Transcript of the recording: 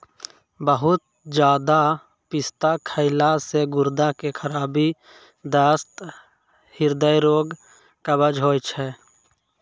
बहुते ज्यादा पिस्ता खैला से गुर्दा के खराबी, दस्त, हृदय रोग, कब्ज होय छै